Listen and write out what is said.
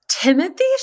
Timothy